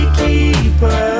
keeper